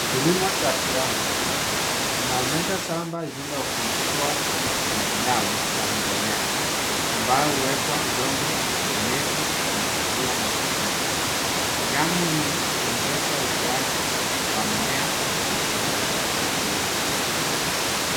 Kilimo cha kiwanda. Inaonyesha shamba ililofunikiwa na filamu ya mbolea ambao huwekwa udongo, unyevu na kuzuia magugu. Filamu hii huongeza ukuwaji wa mimea na kuharakisha kilimo.